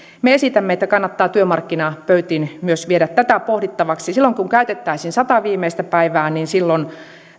me esitämme että kannattaa työmarkkinapöytiin viedä myös tätä pohdittavaksi kun käytettäisiin sataa viimeistä päivää niin silloin